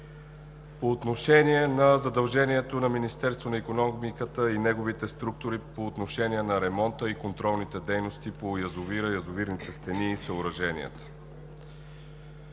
Относно задължението на Министерството на икономиката и неговите структури за ремонта и контролните дейности на язовирите, язовирните стени и съоръженията.